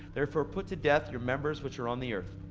therefore, put to death your members which are on the earth.